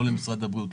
לא למשרד הבריאות,